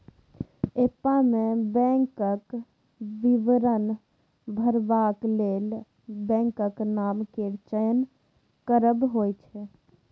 app मे बैंकक विवरण भरबाक लेल बैंकक नाम केर चयन करब होइ छै